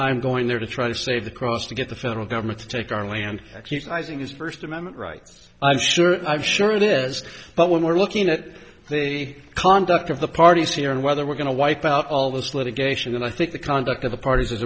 i'm going there to try to save the cross to get the federal government to take our land keeps rising it's first amendment rights i'm sure i'm sure it is but one we're looking at the conduct of the parties here and whether we're going to wipe out all this litigation and i think the conduct of the parties is